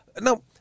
now